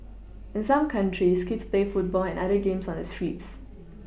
in some countries kids play football and other games on the streets